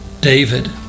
david